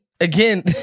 again